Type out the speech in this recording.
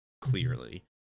clearly